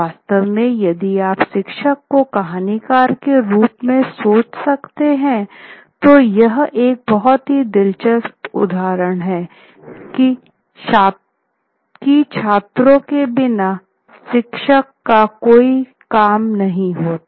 वास्तव में यदि आप शिक्षक को कहानीकार के रूप में सोच सकते हैं तो यह एक बहुत ही दिलचस्प उदाहरण है की छात्रों के बिना शिक्षक का कोई कामनहीं होता